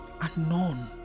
unknown